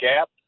gap